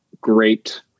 great